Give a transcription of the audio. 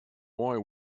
boy